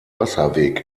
wasserweg